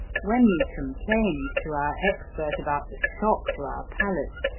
when we complained to our expert about the shock to our palates,